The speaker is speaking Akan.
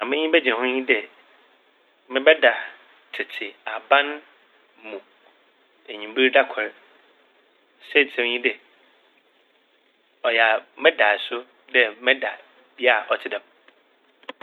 Ma m'enyi bɛgye ho nye dɛ mɛbɛda tsetse aban mu enyimber da kor. Saintsir nye dɛ ɔyɛ me daaso dɛ meda bea a ɔtse dɛm.